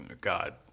God